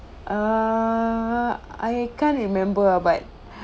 err I can't remember ah but